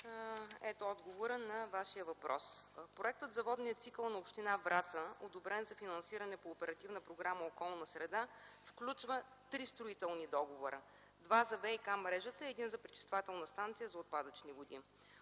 Ето отговора на Вашия въпрос: Проектът за водния цикъл на община Враца, одобрен за финансиране по Оперативна програма „Околна среда”, включва три строителни договора – два за ВиК мрежата и един за пречиствателна станция за отпадъчни води.